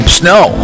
snow